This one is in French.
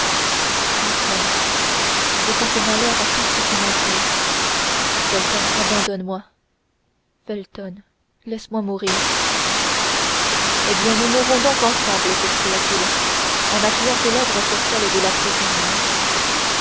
felton je porte malheur à tout ce qui m'entoure felton abandonne moi felton laisse-moi mourir eh bien nous mourrons donc ensemble s'écria-t-il en appuyant ses lèvres sur celles de la prisonnière